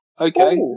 Okay